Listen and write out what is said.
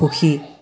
সুখী